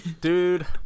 dude